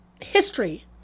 history